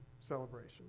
celebration